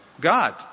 God